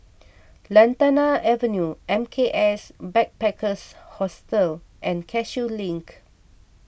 Lantana Avenue M K S Backpackers Hostel and Cashew Link